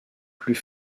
plus